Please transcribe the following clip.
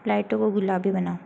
लाइटों को गुलाबी बनाओ